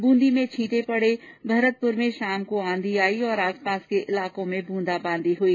बूंदी में छींट पड़े भरतपुर में शाम को आंधी आई और आसपास के इलाकों में बूंदा बांदी हुई